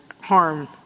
harm